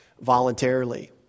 voluntarily